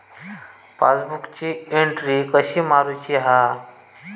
पासबुकाची एन्ट्री कशी मारुची हा?